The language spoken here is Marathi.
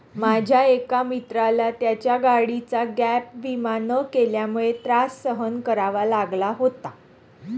माझ्या एका मित्राला त्याच्या गाडीचा गॅप विमा न केल्यामुळे त्रास सहन करावा लागला होता